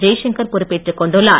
ஜெய்சங்கர் பொறுப்பேற்றுக் கொண்டுள்ளார்